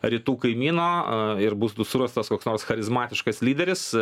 rytų kaimyno a ir būtų surastas koks nors charizmatiškas lyderis